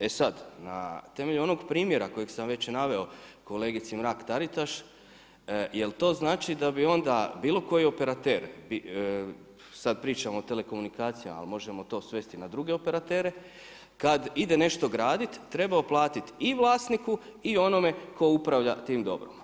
E sada na temelju onog primjera kojeg sam već naveo kolegici Mrak-TAritaš jel to znači da bi onda bilo koji operater sada pričamo o telekomunikacijama, možemo to svesti na druge operatere, kada ide nešto graditi trebao platiti i vlasniku i onome tko upravlja tim dobrom.